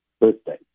birthday